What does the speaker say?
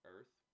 Earth